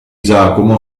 giacomo